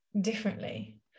differently